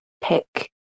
pick